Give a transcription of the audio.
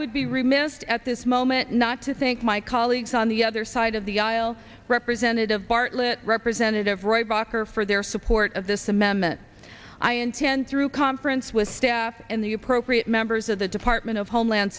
remiss at this moment not to think my colleagues on the other side of the aisle representative bartlett representative roy block or for their support of this amendment i intend through conference with staff and the appropriate members of the department of homeland